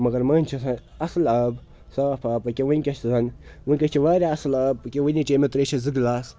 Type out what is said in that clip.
مگر مٔنٛزۍ چھِ آسان اَصٕل آب صاف آب ییٚکیٛاہ وٕنۍکٮ۪س چھِ زَن وٕنۍکٮ۪س چھِ واریاہ اَصٕل آب ییٚکیٛاہ وٕنی چیٚیہِ مےٚ ترٛیشَس زٕ گِلاس